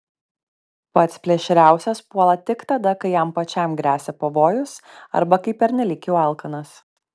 pats plėšriausias puola tik tada kai jam pačiam gresia pavojus arba kai pernelyg jau alkanas